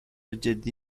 جدی